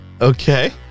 Okay